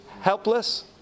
helpless